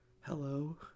Hello